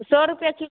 सए रुपए की